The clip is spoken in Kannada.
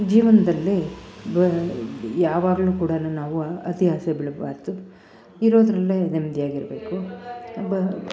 ಜೀವನದಲ್ಲಿ ಬ ಯಾವಾಗಲು ಕೂಡನು ನಾವು ಅತೀ ಆಸೆ ಬೀಳಬಾರ್ದು ಇರೋದರಲ್ಲೇ ನೆಮ್ಮದಿಯಾಗಿರ್ಬೇಕು